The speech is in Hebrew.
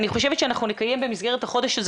אני חושבת שאנחנו נקיים במסגרת החודש הזה